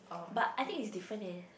but I think is different eh